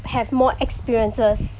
have more experiences